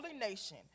nation